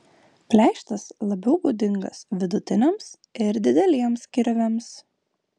pleištas labiau būdingas vidutiniams ir dideliems kirviams